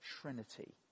Trinity